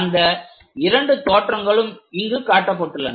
அந்த இரண்டு தோற்றங்களும் இங்கு காட்டப்பட்டுள்ளன